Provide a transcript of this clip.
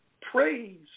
praise